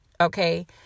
Okay